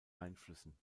einflüssen